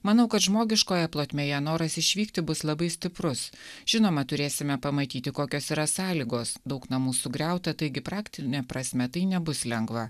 manau kad žmogiškoje plotmėje noras išvykti bus labai stiprus žinoma turėsime pamatyti kokios yra sąlygos daug namų sugriauta taigi praktine prasme tai nebus lengva